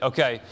Okay